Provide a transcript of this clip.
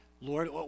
Lord